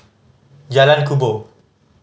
Jalan Kubor